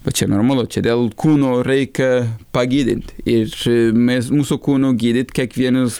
pačiame ir mano čia dėl kūno reikia pagilinti ir mes mūsų kūnu gydyt kiekvienas